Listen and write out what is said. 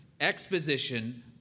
exposition